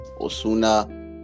Osuna